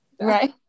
right